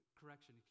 correction